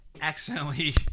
accidentally